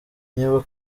niba